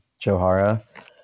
Johara